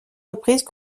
reprises